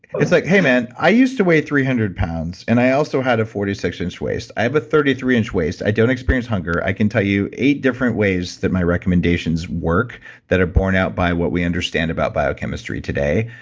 it's like, hey, man, i used to weigh three hundred pounds and i also had a forty six inch waist. i have a thirty three inch waist. i don't experience hunger. i can tell you eight different ways that my recommendations work that are borne out by what we understand about biochemistry today,